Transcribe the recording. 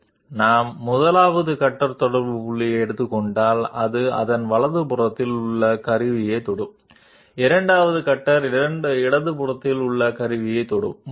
కాబట్టి మేము మీకు అనేక కట్టర్ కాంటాక్ట్ పాయింట్లను ఇస్తే మీరు ఆ కట్టర్ కాంటాక్ట్ పాయింట్లన్నింటితో కాంటాక్ట్లో ఉన్న చాలా తక్కువ కట్టర్ను వెంటనే ఉంచలేరు మరియు ఇవి తప్పనిసరిగా టూల్ పొజిషన్లు అయి ఉండాలి ఇవి లేవు